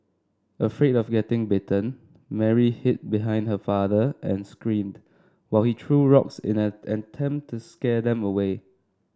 afraid of getting bitten Mary hid behind her father and screamed while he threw rocks in an attempt to scare them away